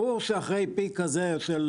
ברור שאחרי פיק כזה של